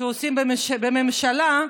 שעושים בממשלה,